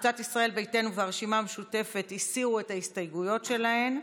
קבוצת ישראל ביתנו והרשימה המשותפת הסירו את ההסתייגויות שלהן.